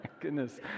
goodness